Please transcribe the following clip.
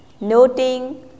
noting